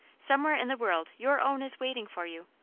somewhere in the world your own is waiting for you